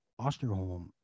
Osterholm